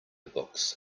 books